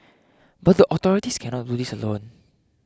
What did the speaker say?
but the authorities cannot do this alone